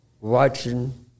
watching –